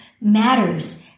matters